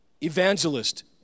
Evangelist